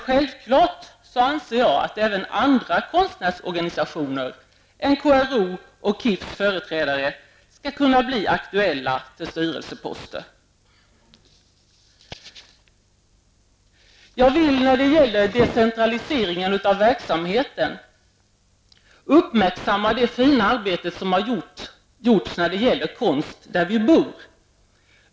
Självfallet anser jag att även andra konstnärsorganisationers än KROs och KIFs företrädare skall kunna bli aktuella för styrelseposter. Jag vill beträffande decentraliseringen av verksamheten uppmärksamma det fina arbete som har gjorts när det gäller ''Konst där vi bor''.